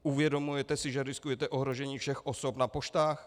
Uvědomujete si, že riskujete ohrožení všech osob na poštách?